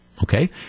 Okay